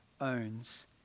owns